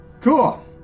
Cool